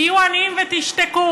תהיו עניים ותשתקו.